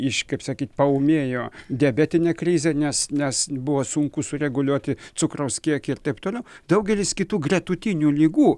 iš kaip sakyt paūmėjo diabetinė krizė nes nes buvo sunku sureguliuoti cukraus kiekį ir taip toliau daugelis kitų gretutinių ligų